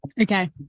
Okay